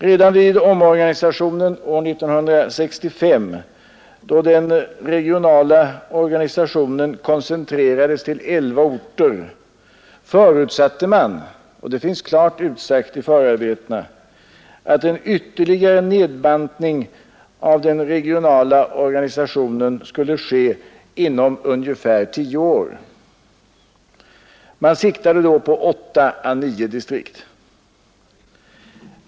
Redan vid omorganisationen år 1965 då den regionala organisationen koncentrerades till elva orter förutsatte man — och det finns klart utsagt i förarbetena — att en ytterligare nedbantning av den regionala organisationen skulle ske inom ungefär tio år. Man siktade då på åtta å nio distrikt.